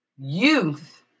youth